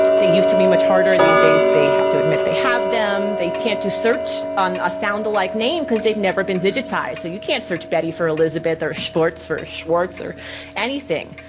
they used to be much harder, these days they have to admit they have them. they can't do search on a soundalike name, cause they've never been digitized. so you can't search betty for elizabeth, or schfortz for schwartz, or anything.